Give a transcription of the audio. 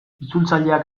itzultzaileak